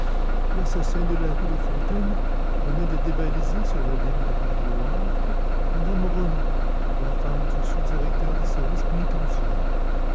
l'assassin de la rue lafontaine venait de dévaliser sur la ligne de paris au havre mme renaud la femme du sous-directeur des services pénitentiaires